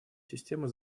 система